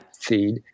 feed